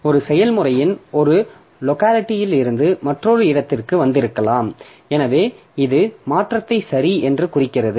ஒரு செயல்முறையின் ஒரு லோக்காலிட்டிலிருந்து மற்றொரு இடத்திற்கு வந்திருக்கலாம் எனவே இது மாற்றத்தை சரி என்று குறிக்கிறது